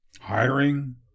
hiring